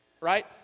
right